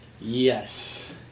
Yes